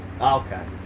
Okay